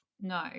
No